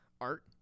art